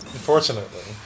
Unfortunately